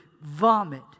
vomit